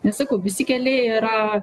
nes sakau visi keliai yra